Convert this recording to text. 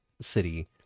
city